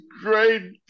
great